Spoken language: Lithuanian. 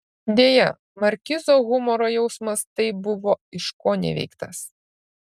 deja markizo humoro jausmas taip buvo iškoneveiktas